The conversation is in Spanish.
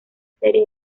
serie